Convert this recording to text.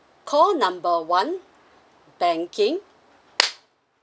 call number one banking